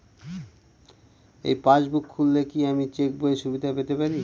এই পাসবুক খুললে কি আমি চেকবইয়ের সুবিধা পেতে পারি?